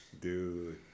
Dude